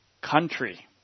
country